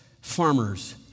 farmers